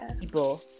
people